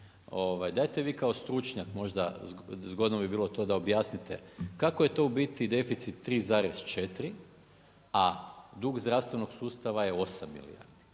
Dajte vi kao stručnjak, možda zgodno bilo to da objasnite, kako je to u biti deficit 3,4 a dug zdravstvenog sustava je 8 milijardi?